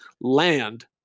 land